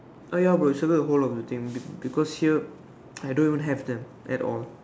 ah ya bro circle the whole of the thing because here I don't even have them at all